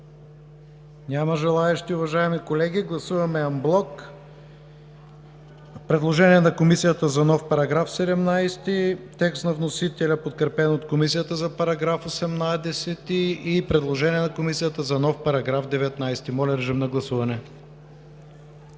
Няма желаещи. Уважаеми колеги, гласуваме анблок предложение на Комисията за нов § 17, текст на вносителя, подкрепен от Комисията за § 18, и предложение на Комисията за нов § 19. Моля, режим на гласуване.